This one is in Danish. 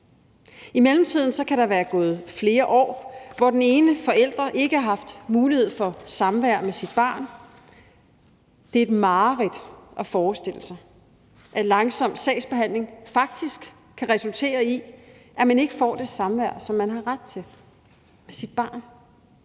I mellemtiden kan der være gået flere år, hvor den ene forælder ikke har haft mulighed for samvær med sit barn. Det er et mareridt at forestille sig, at langsom sagsbehandling faktisk kan resultere i, at man ikke får det samvær, som man har ret til med sit barn.